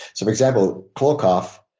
so for example, klokov,